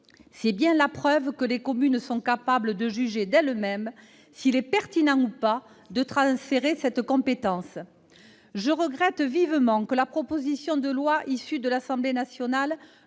C'est bien la preuve que les communes sont capables de juger par elles-mêmes s'il est pertinent ou non de transférer cette compétence à l'intercommunalité. Je regrette vivement que la proposition de loi issue des travaux de l'Assemblée nationale,